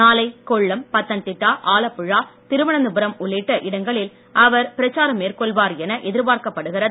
நாளை கொள்ளம் பத்தன்திட்டா ஆலப்புழா திருவனந்தபுரம் உள்ளிட்ட இடங்களில் அவர் பிரச்சாரம் மேற்கொள்வார் என எதிர்ப்பார்க்கப்படுகிறது